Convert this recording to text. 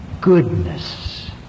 goodness